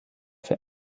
for